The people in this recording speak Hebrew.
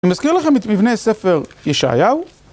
אני מזכיר לכם את מבנה ספר ישעיהו.